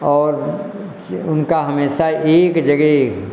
और उनका हमेशा एक जगह